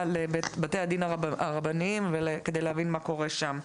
לבתי הדין הרבניים כדי להבין מה קורה שם.